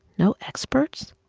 no experts?